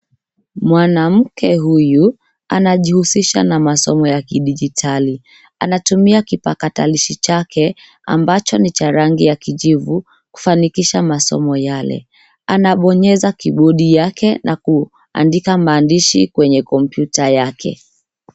Mwanamke huyu anajihusisha na masomo ya kidijitali. Anatumia kipakatalishi chake ambacho ni cha rangi ya kijivu kufanikisha masomo yale. Anabonyeza kibodi yake na kuandika maandishi kwenye kompyuta yake.